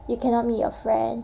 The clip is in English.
you cannot meet your friend